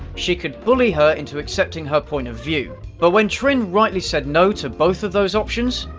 she could bully her into accepting her point of view. but when trin rightly said no to both of those options,